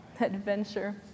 adventure